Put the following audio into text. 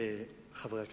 חברי הכנסת,